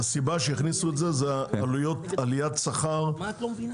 הסיבה שבגללה הכניסו את זה היא עליית השכר של עובדי